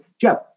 Jeff